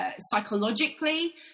psychologically